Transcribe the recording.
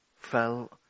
fell